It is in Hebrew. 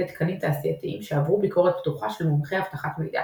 תקנים תעשייתיים שעברו ביקורת פתוחה של מומחי אבטחת מידע.